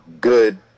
good